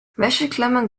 wäscheklammern